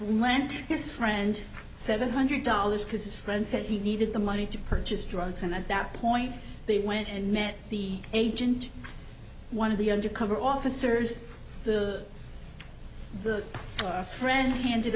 lent his friend seven hundred dollars because his friend said he needed the money to purchase drugs and at that point they went and met the agent one of the undercover officers the a friend handed